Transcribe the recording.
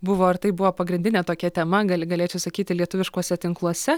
buvo ir tai buvo pagrindinė tokia tema gali galėčiau sakyti lietuviškuose tinkluose